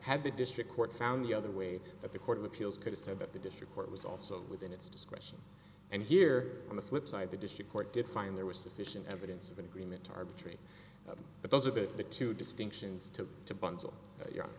had the district court found the other way that the court of appeals could have said that the district court was also within its discretion and here on the flipside the district court did find there was sufficient evidence of an agreement to arbitrate but those are the the two distinctions to to bundle you